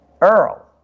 Earl